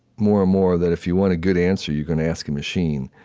more and more, that if you want a good answer, you're gonna ask a machine.